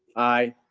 i.